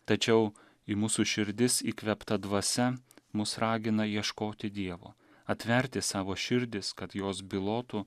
tačiau į mūsų širdis įkvėpta dvasia mus ragina ieškoti dievo atverti savo širdis kad jos bylotų